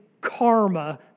karma